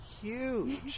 huge